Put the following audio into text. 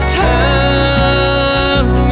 time